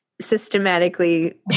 systematically